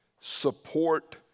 support